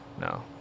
no